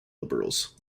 liberals